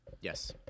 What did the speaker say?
Yes